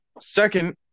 Second